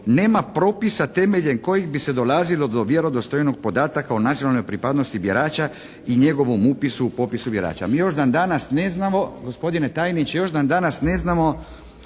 nema propisa temeljem kojih bi se dolazilo do vjerodostojnog podatka o nacionalnoj pripadnosti birača i njegovu upisu u popisu birača. Mi još dan danas ne znamo, gospodine tajniče još dan danas ne znamo